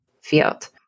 field